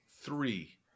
Three